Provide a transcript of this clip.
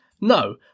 No